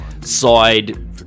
side